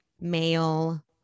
male